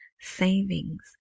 savings